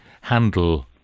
handle